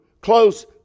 close